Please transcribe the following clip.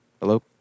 Hello